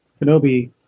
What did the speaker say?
Kenobi